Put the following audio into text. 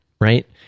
right